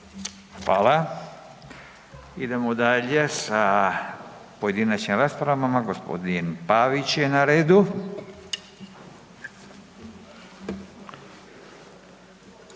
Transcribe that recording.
Hvala. Idemo dalje sa pojedinačnim raspravama, g. Pavić je na redu.